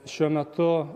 šiuo metu